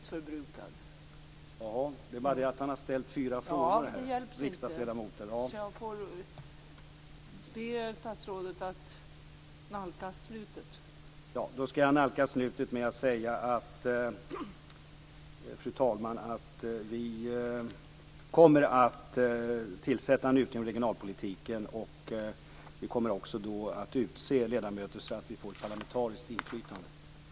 Jag får be statsrådet att nalkas slutet.